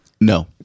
No